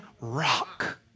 rock